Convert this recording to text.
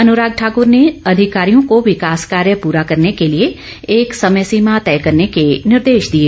अनुराग ठाकुर ने अधिकारियों को विकास कार्य पूरा करने के लिए एक समय सीमा तय करने के निर्देश दिए